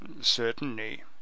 Certainly